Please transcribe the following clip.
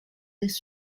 this